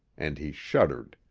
and he shuddered.